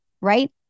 right